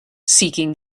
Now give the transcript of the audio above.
seeking